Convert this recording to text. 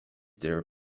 their